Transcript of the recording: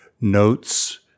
notes